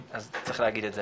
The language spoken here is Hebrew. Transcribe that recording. אז צריך להגיד את זה.